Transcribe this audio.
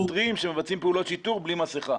שוטרים שמבצעים פעולות שיטור בלי מסכה.